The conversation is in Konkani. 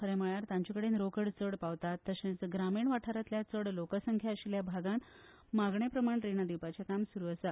खरे म्हटल्यार तांचे कडेन रोकड चड पावता तशेच ग्रामिण वाठारातल्या चड लोकसंख्या आशिल्ल्या भागान मागणेप्रमाण रीणा दिवपाचे काम सूरू आसा